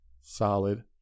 Solid